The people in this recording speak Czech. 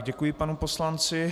Děkuji panu poslanci.